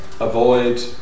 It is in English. Avoid